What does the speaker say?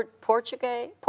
Portuguese